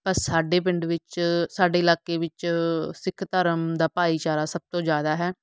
ਪਰ ਸਾਡੇ ਪਿੰਡ ਵਿੱਚ ਸਾਡੇ ਇਲਾਕੇ ਵਿੱਚ ਸਿੱਖ ਧਰਮ ਦਾ ਭਾਈਚਾਰਾ ਸਭ ਤੋਂ ਜ਼ਿਆਦਾ ਹੈ